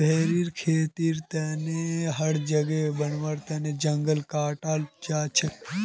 भेरीर खेतीर तने जगह बनव्वार तन जंगलक काटाल जा छेक